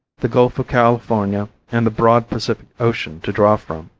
the gulf of california and the broad pacific ocean to draw from.